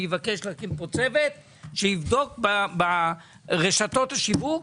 אני אבקש להקים פה צוות שיבדוק ברשתות השיווק